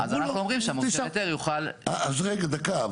אמרו לו --- אז אנחנו אומרים שהמורשה להיתר יוכל --- אז רגע דקה,